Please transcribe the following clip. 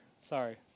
Sorry